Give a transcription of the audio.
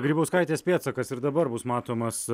grybauskaitės pėdsakas ir dabar bus matomas